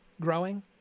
growing